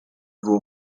vous